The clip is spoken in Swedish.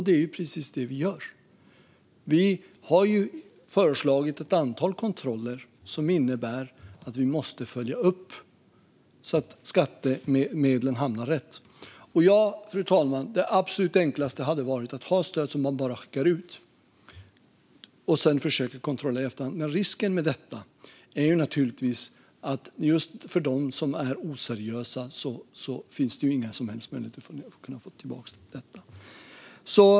Det är precis det vi gör. Vi har föreslagit ett antal kontroller som innebär att vi måste följa upp så att skattemedlen hamnar rätt. Fru talman! Det absolut enklaste hade varit att ha stöd som man bara skickar ut och sedan försöker att kontrollera i efterhand. Men risken med detta är att just i fråga om dem som är oseriösa finns det inga som helst möjligheter att få tillbaka detta.